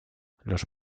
los